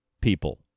people